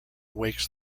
wakes